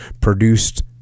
produced